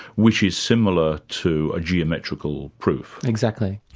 which is similar to a geometrical proof. exactly.